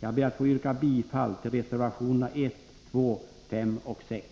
Jag ber att få yrka bifall till reservationerna 1, 2, 5 och 6.